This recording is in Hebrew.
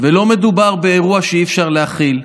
ולא מדובר באירוע שאי-אפשר להכיל.